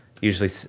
usually